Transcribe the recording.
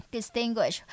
Distinguish